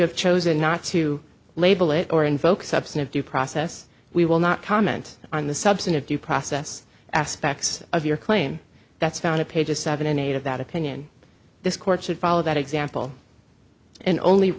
have chosen not to label it or invoke substantive due process we will not comment on the substantive due process aspects of your claim that's found in pages seven and eight of that opinion this court should follow that example and only